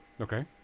Okay